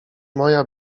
moja